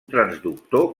transductor